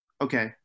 Okay